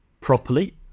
properly